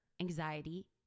anxiety